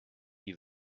die